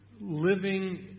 living